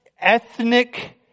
ethnic